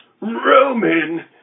Roman